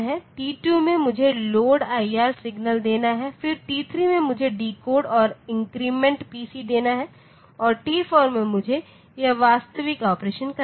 t2 में मुझे load IR signal देना है फिर t3 पर मुझे डिकोड और इन्क्रीमेंट PC देना है और t4 पर मुझे यह वास्तविक ऑपरेशन करना है